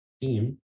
team